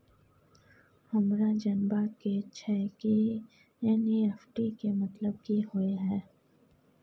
हमरा जनबा के छै की एन.ई.एफ.टी के मतलब की होए है?